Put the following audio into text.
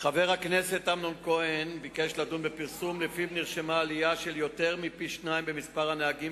פורסם כי נרשמה עלייה של יותר מפי-שניים במספר הנהגים